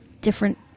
different